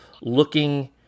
looking